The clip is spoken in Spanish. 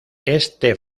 este